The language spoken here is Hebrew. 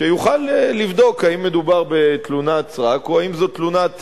שיוכל לבדוק האם מדובר בתלונת סרק או האם זו תלונת